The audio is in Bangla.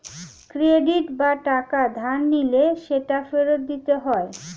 ক্রেডিট বা টাকা ধার নিলে সেটা ফেরত দিতে হয়